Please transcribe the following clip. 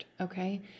okay